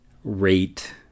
rate